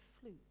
flute